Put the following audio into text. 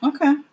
Okay